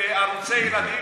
בערוצי הילדים,